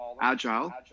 agile